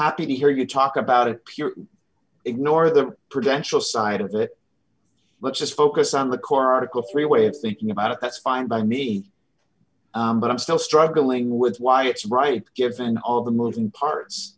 happy to hear you talk about a pure ignore the credentials side of it but just focus on the core article three way of thinking about it that's fine by me but i'm still struggling with why it's right given all the moving parts